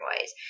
ways